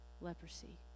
leprosy